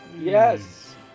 Yes